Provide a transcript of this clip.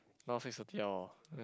now six thirty [liao]